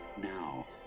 Now